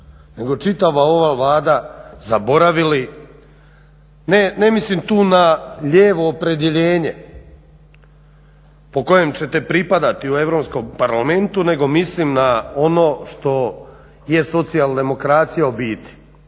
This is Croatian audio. nego čitava ova Vlada zaboravili. Ne mislim tu na lijevo opredjeljenje po kojem ćete pripadati u Europskom parlamentu nego mislim na ono što je socijaldemokracija u biti,